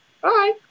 Bye